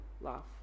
love